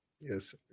Yes